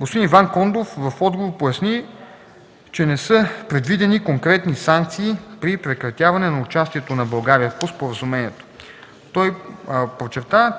Господин Иван Кондов в отговор поясни, че не са предвидени конкретни санкции при прекратяване на участието на България по Споразумението. Той подчерта,